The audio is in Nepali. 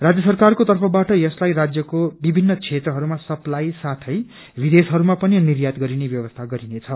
राज्य सरकारको तर्फबाट यसलाई राज्यको विभिन्न क्षेत्रहरूमा स्पलाई साथै विदेशहरूमा पनि निर्यात गरिने व्यवस्था गरिनेछ